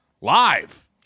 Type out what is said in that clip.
live